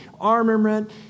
armament